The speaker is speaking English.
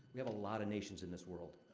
we have a lot of nations in this world.